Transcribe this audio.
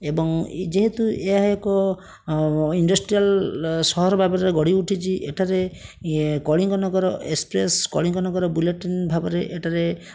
ଏବଂ ଏଇ ଯେହେତୁ ଏହା ଏକ ଇଣ୍ଡଷ୍ଟ୍ରିଆଲ୍ ସହର ଭାବରେ ଗଢ଼ି ଉଠିଛି ଏଠାରେ ଇଏ କଳିଙ୍ଗ ନଗର ଏକ୍ସପ୍ରେସ୍ କଳିଙ୍ଗ ନଗର ବୁଲେଟିନ୍ ଭାବରେ ଏଠାରେ